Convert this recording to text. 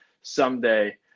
someday